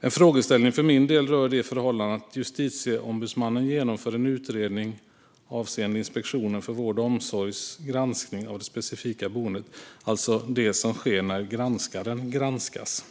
En frågeställning för min del rör det förhållande att Justitieombudsmannen genomför en utredning avseende den granskning som Inspektionen för vård och omsorg gjort av det specifika boendet, alltså det som sker när granskaren granskas.